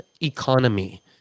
economy